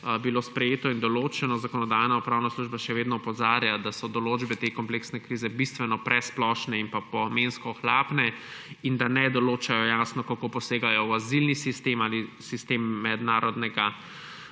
bilo sprejeto in določeno, Zakonodajno-pravna služba še vedno opozarja, da so določbe te kompleksne krize bistveno presplošne in pa pomensko ohlapne in da ne določajo jasno, kako posegajo v azilni sistem ali sistem mednarodne